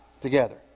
together